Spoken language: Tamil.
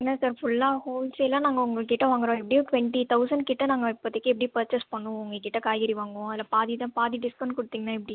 என்ன சார் ஃபுல்லாக ஹோல்சேலாக நாங்கள் உங்கள்கிட்ட வாங்குறோம் எப்படியும் டுவெண்ட்டி தவுசன் கிட்ட நாங்கள் இப்பதிக்கும் எப்படியும் பர்சேஸ் பண்ணுவோம் உங்கள்கிட்ட காய்கறி வாங்குவோம் அதில் பாதிதான் பாதி டிஸ்க்கவுண்ட் கொடுத்திங்னா எப்படி